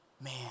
Man